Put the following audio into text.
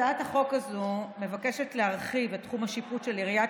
הצעת החוק הזו מבקשת להרחיב את תחום השיפוט של עיריית